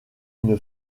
une